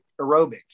aerobic